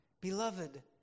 Beloved